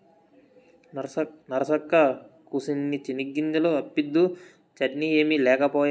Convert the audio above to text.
నరసక్కా, కూసిన్ని చెనిగ్గింజలు అప్పిద్దూ, చట్నీ ఏమి లేకపాయే